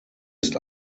ist